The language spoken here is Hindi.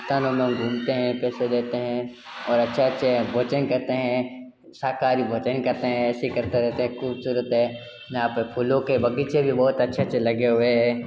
स्थानों हम घूमते हैं पैसे देते हैं और अच्छे अच्छे भोजन करते हैं शाकाहारी भोजन करते हैं ऐसे ही करते रहते हैं खूबसूरत है यहाँ पर फूलो के बगीचे भी बहुत अच्छे अच्छे लगे हुए हैं